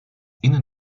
innen